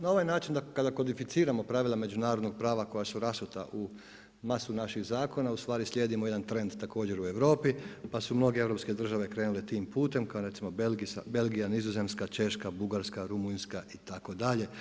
Na ovaj način kada kodificiramo pravila međunarodnog prava koja su rasuta u masu naših zakona ustvari slijedimo jedan trend također u Europi pa su mnoge europske države krenule tim putem kao recimo Belgija, Nizozemska, Češka, Bugarska, Rumunjska itd.